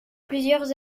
plusieurs